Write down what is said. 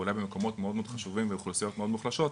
ואולי במקומות מאוד מאוד חשובים ובאוכלוסיות מאוד חלשות,